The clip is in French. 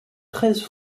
treize